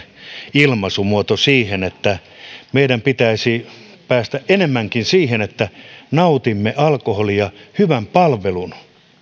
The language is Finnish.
ilmaisumuoto siksi että meidän pitäisi päästä enemmänkin siihen että nautimme alkoholia hyvän palvelun